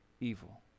evil